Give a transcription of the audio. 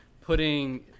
putting